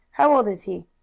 how old is he?